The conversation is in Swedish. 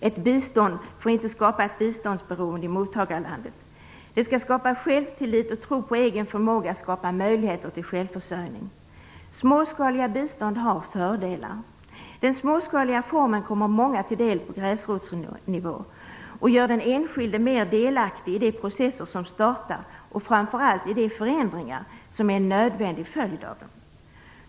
Ett bistånd får inte skapa ett biståndsberoende i mottagarlandet. Det skall skapa självtillit och tro på egen förmåga och skapa möjligheter till självförsörjning. Småskaliga bistånd har fördelar. Den småskaliga formen kommer många till del på gräsrotsnivå och gör den enskilde mer delaktig i de processer som startas och framför allt i de förändringar som är en nödvändig följd av dem.